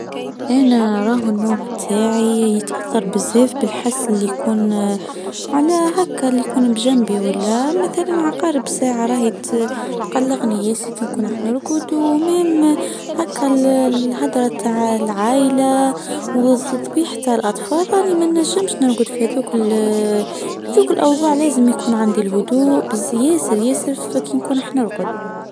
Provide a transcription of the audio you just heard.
انا راهوا النوم بتاعي يتاثر بالزيف بالحس اللي يكون على هكا اللي يكون بجنبي ولا مثلا عقارب الساعه راهت تقلقني يا ستي كنا راح نرقد العائله وتصبيحة الاطفال راني ما نجمش نرقد في هذوك الاوضاع لازم يكون عندي الهدوءبس ياسر ياسر بالزاف بنكون راح نرقد.